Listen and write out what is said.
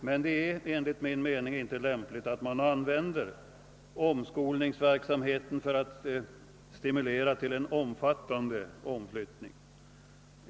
Men enligt min mening är det inte lämpligt att man använder omskolningsverksamheten för att stimulera till en omfattande omflyttning.